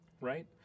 right